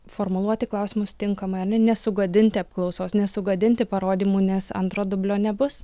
formuluoti klausimus tinkamai ar nesugadinti apklausos nesugadinti parodymų nes antro dublio nebus